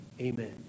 amen